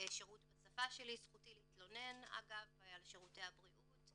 שירות בשפה שלי, זכותי להתלונן על שירותי הבריאות.